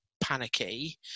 panicky